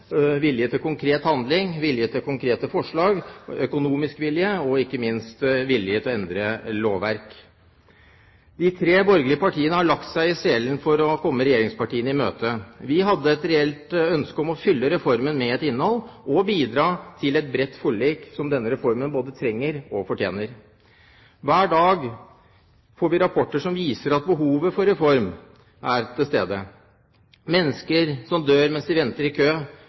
vilje til konkret handling, vilje til konkrete forslag, økonomisk vilje og ikke minst vilje til å endre lovverk. De tre borgerlige partiene har lagt seg i selen for å komme regjeringspartiene i møte. Vi hadde et reelt ønske om å fylle reformen med et innhold og bidra til et bredt forlik, som denne reformen både trenger og fortjener. Hver dag får vi rapporter som viser at behovet for reform er til stede: Mennesker som dør mens de venter i kø